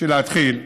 בשביל להתחיל,